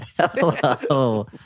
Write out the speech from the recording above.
Hello